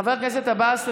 חבר הכנסת עבאס,